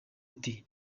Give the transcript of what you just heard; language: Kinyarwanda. ati